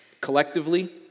Collectively